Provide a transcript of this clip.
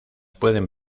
pueden